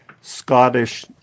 Scottish